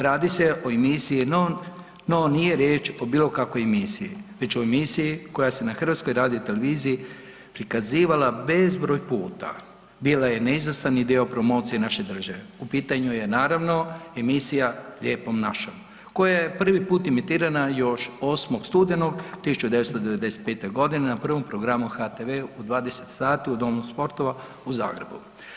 Radi se o emisiji no nije riječ o bilokakvoj emisiji već o emisiji koja se na HRT-u prikazivala bezbroj puta, bila je neizostavni dio promocije naše države, u pitanju je naravno emisija „Lijepom našom“ koja je prvi put emitirana još 8. studenog 1995. g. na Prvom programu HTV-a u 20 sati u Domu sportova u Zagrebu.